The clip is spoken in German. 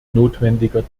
notwendiger